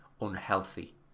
unhealthy